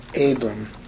Abram